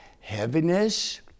heaviness